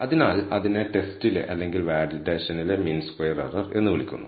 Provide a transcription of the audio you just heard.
അതിനാൽ അതിനെ ടെസ്റ്റിലെ അല്ലെങ്കിൽ വാലിഡേഷൻലെ മീൻ സ്ക്വയർ എറർ എന്ന് വിളിക്കുന്നു